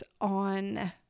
on